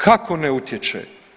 Kako ne utječe?